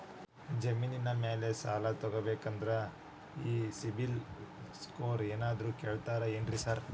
ಜಮೇನಿನ ಮ್ಯಾಲೆ ಸಾಲ ತಗಬೇಕಂದ್ರೆ ಈ ಸಿಬಿಲ್ ಸ್ಕೋರ್ ಏನಾದ್ರ ಕೇಳ್ತಾರ್ ಏನ್ರಿ ಸಾರ್?